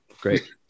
Great